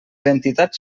entitats